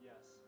Yes